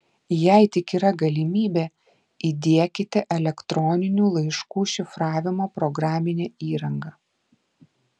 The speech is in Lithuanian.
jei tik yra galimybė įdiekite elektroninių laiškų šifravimo programinę įrangą